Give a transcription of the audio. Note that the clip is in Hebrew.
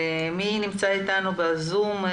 בסדר.